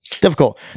Difficult